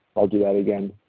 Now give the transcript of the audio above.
i'll do that again,